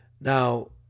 now